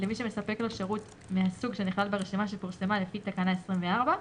למי שמספק לו שירות מהסוג שנכלל ברשימה שפורסמה לפי תקנה 24,